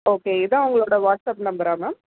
okay இதுதான் உங்களோடய WhatsApp நம்பரா மேம்